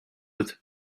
with